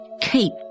keep